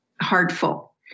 heartful